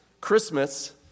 Christmas